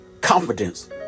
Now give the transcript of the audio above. Confidence